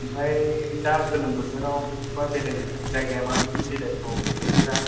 ओमफ्राय दा गोलोम बोथोराव बा होजों जायगाया माबायदि बेरायथाव बोथोरा